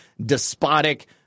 despotic